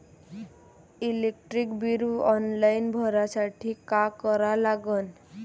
Electric bill online भरासाठी का करा लागन?